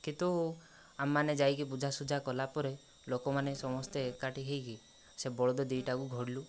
କିନ୍ତୁ ଆମେମାନେ ଯାଇକି ବୁଝା ସୁଝା କଲା ପରେ ଲୋକମାନେ ସମସ୍ତେ ଏକାଠି ହୋଇକି ସେ ବଳଦ ଦୁଇଟାକୁ ଘଉଡ଼ିଲୁ